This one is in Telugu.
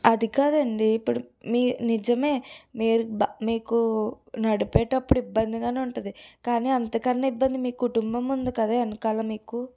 అదికాదండి ఇప్పుడు మీ నిజమే మీరు మీకూ నడిపేటప్పుడు ఇబ్బందిగానే ఉంటుంది కానీ అంతకన్నా ఇబ్బంది మీ కుటుంబం ఉంది కదా వెనకాల మీకు